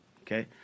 okay